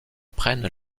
prennent